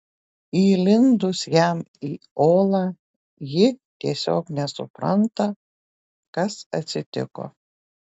įlindus jam į olą ji tiesiog nesupranta kas atsitiko